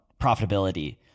profitability